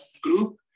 group